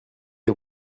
est